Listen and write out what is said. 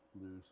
loose